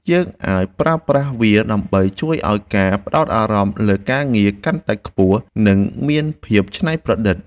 យើងអាចប្រើប្រាស់វាដើម្បីជួយឱ្យការផ្តោតអារម្មណ៍លើការងារកាន់តែខ្ពស់ និង មានភាពច្នៃប្រឌិត។